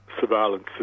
surveillance